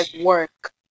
work